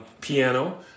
piano